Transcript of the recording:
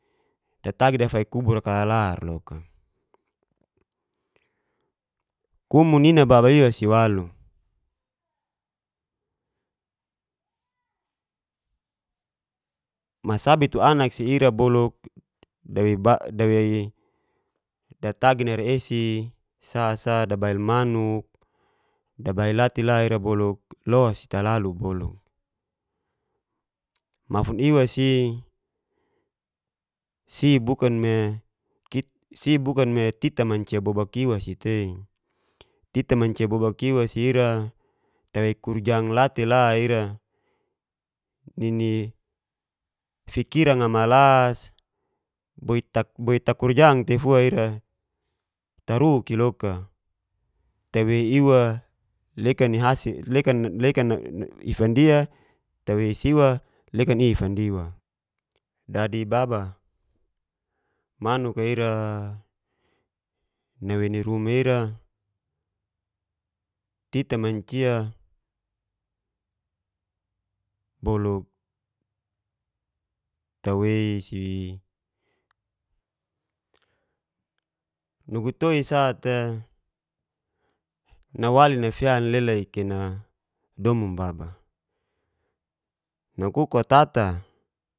Datagi da fik kubul'a kalalar loka, kumu nina baba iwa si waluk sabi tura anak si ira boluk dawei datagi narei esi sasa dabail manuk dabail la te la ira boluk los si talalu bolu, mafun iwa si si bukan me kita mancia bobak iwa si tei, tita mancia bobak iwa si ira tawei kurjang la te la ira nini fikiana malas boait takurjang tei fua ira taruk'i loka tawei iwa lekan ifandia tawei siwa lekan i'fandia, dadi baba manuk'a ira nawei nuruma ira tita mancia boluk tewei si, nugu toi sa'te nawali nasial nalelai kena domum baba nakuk'o tata.